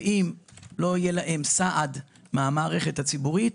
ואם לא יהיה להם סעד מהמערכת הציבורית